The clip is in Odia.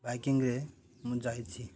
ବାଇକିଂରେ ମୁଁ ଯାଇଛିି